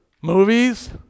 Movies